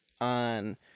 on